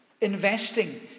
Investing